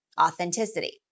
authenticity